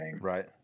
Right